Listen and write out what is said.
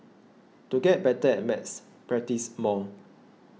to get better at maths practise more